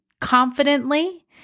confidently